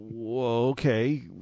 okay